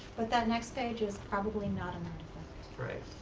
but that next stage is probably not right.